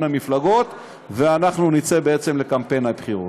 המפלגות ואנחנו נצא לקמפיין הבחירות.